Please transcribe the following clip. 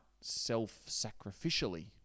self-sacrificially